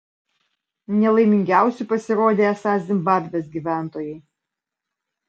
nelaimingiausi pasirodė esą zimbabvės gyventojai